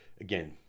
again